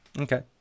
Okay